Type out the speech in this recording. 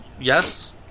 Yes